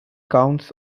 counts